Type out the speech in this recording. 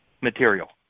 material